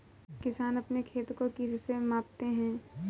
किसान अपने खेत को किससे मापते हैं?